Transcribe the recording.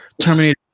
Terminator